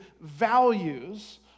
values